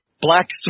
Black